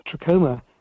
trachoma